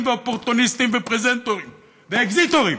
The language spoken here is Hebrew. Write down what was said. ואופורטוניסטים ופרזנטורים ואקזיטורים,